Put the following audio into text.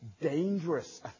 dangerous